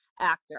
actor